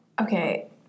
Okay